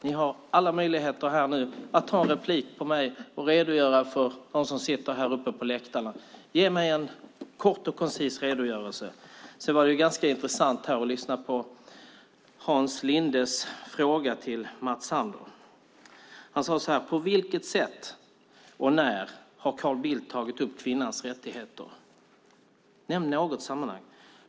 Ni har alla möjligheter att ta replik på mig och redogöra för detta för dem som sitter här uppe på läktarna. Ge mig en kort och koncis redogörelse! Det var ganska intressant att lyssna på Hans Lindes fråga till Mats Sander. Han sade så här: På vilket sätt och när har Carl Bildt tagit upp kvinnors rättigheter? Nämn något sammanhang!